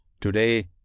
Today